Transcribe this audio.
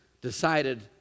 decided